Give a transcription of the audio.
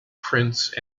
prince